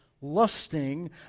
lusting